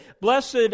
blessed